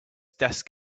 desk